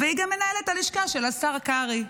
והיא גם מנהלת הלשכה של השר קרעי.